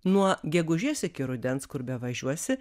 nuo gegužės iki rudens kur bevažiuosi